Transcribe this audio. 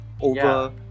over